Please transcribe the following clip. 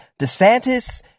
DeSantis